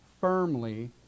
firmly